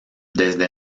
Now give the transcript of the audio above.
desde